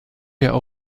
der